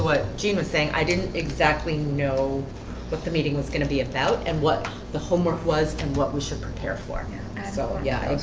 what jean was saying. i didn't exactly know what the meeting was gonna be about and what the homework was and what we should prepare for so ah yeah,